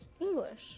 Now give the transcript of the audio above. English